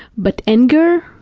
but anger,